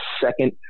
second